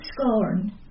scorn